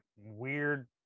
weird